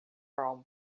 chrome